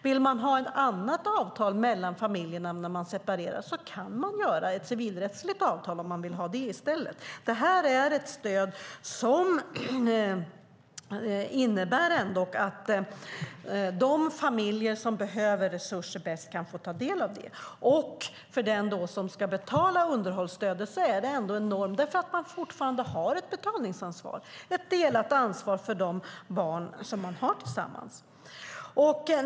Vill man ha det på annat sätt mellan föräldrarna när man separerar kan man i stället, om man så vill, skriva ett civilrättsligt avtal. Underhållsstödet innebär att de familjer som bäst behöver resurser kan få del av det. För den som ska betala underhållsstödet är det en norm, eftersom man fortfarande har ett betalningsansvar, ett delat ansvar för de gemensamma barnen.